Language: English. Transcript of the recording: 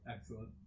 Excellent